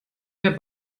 der